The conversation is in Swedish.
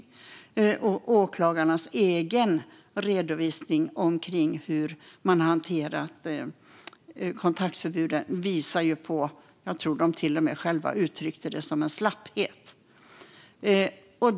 Jag tror till och med att åklagarna i sin egen redovisning av hur de har hanterat kontaktförbuden uttryckte att den visade på en slapphet.